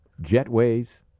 jetways